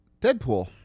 Deadpool